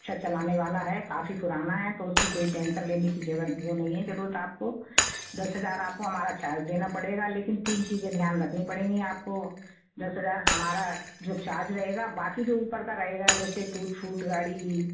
अच्छा चलाने वाला है काफ़ी पुराना है तो उसकी कोई टेंसन लेने की ज़रूरत वो नहीं है ज़रूरत आपको दस हज़ार आपको हमारा चार्ज देना पड़ेगा लेकिन तीन चीज़े ध्यान रखनी पड़ेंगी आपको दस हज़ार हमारा जो चार्ज रहेगा बाक़ी जो ऊपर का रहेगा जैसे टूट फूट गाड़ी की